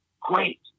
Great